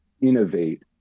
innovate